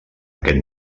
aquest